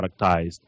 productized